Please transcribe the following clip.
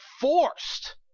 forced